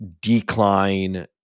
decline